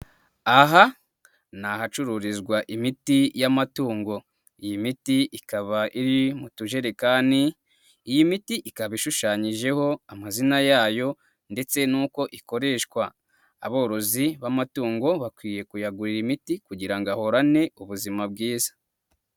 Aha ni ahacururizwa imiti y'amatungo. Iyi miti ikaba iri mu tujerekani, iyi miti ikaba ishushanyijeho amazina yayo ndetse n'uko ikoreshwa. Aborozi b'amatungo bakwiye kuyagurira imiti kugira ngo ahorane ubuzima bwiza.